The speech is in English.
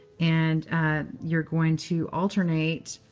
and you're going to alternate,